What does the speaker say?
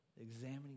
examining